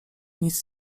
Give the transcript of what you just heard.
nic